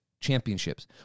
Championships